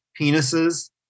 penises